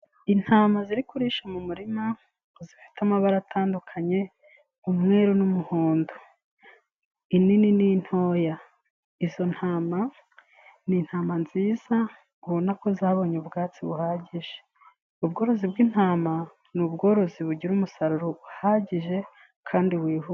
Intama ziri kurisha mu murima zifite amabara atandukanye umweru n'umuhondo, inini n'intoya. Izo ntama ni intama nziza ubona ko zabonye ubwatsi buhagije, ubworozi bw'intama ni ubworozi bugira umusaruro uhagije kandi wihuta.